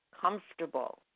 comfortable